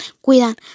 cuidan